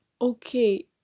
okay